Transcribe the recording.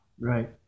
Right